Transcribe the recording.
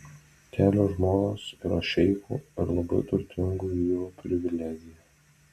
kelios žmonos yra šeichų ir labai turtingų vyrų privilegija